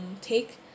take